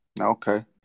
Okay